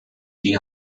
die